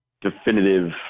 definitive